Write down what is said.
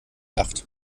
acht